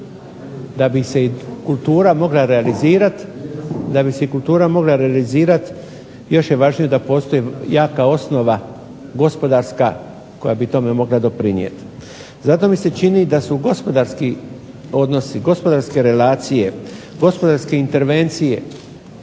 da bi se kultura mogla realizirati još je važnije da postoji jaka osnova gospodarska koja bi tome mogla doprinijeti. Zato mi se čini da su gospodarski odnosi, gospodarske relacije, intervencije